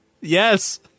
Yes